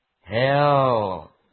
Hell